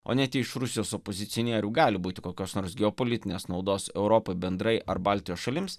o net jei iš rusijos opozicionierių gali būti kokios nors geopolitinės naudos europai bendrai ar baltijos šalims